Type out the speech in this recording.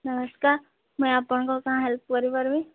ନମସ୍କାର ମୁଁ ଆପଣଙ୍କ କ'ଣ ହେଲ୍ପ୍ କରି ପାରିବି